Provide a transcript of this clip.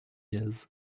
ears